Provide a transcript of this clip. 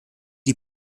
die